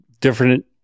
different